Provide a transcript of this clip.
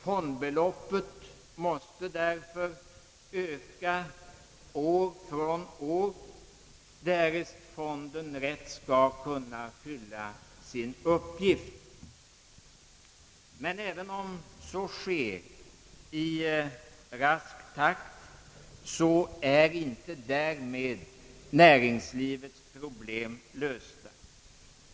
Fondbeloppet måste därför öka år från år därest fonden rätt skall kunna fylla sin uppgift. Men även om så sker i rask takt är inte därmed näringslivets problem lösta.